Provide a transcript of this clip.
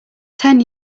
ten